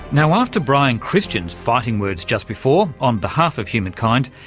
now after brian christian's fighting words just before, on behalf of humankind,